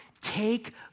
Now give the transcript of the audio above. take